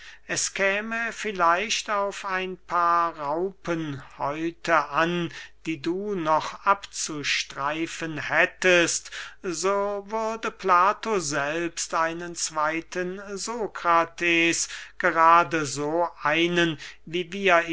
es käme vielleicht auf ein paar raupenhäute an die du noch abzustreifen hättest so würde plato selbst einen zweyten sokrates gerade so einen wie wir